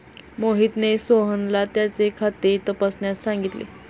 मोहितने सोहनला त्याचे खाते तपासण्यास सांगितले